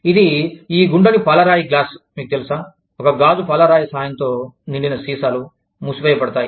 ఇది ఈ గుండ్రని పాలరాయి గ్లాస్ మీకు తెలుసా ఒక గాజు పాలరాయి సహాయంతో నిండిన సీసాలు మూసివేయబడతాయి